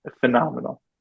phenomenal